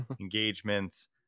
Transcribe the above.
engagements